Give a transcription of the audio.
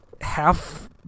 Half